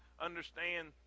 understand